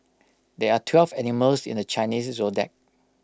there are twelve animals in the Chinese Zodiac